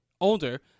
older